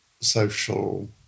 social